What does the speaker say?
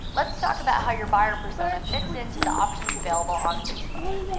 let's talk about how your buyer persona fits into the options available on facebook.